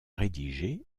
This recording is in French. rédigé